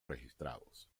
registrados